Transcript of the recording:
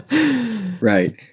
Right